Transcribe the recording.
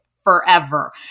forever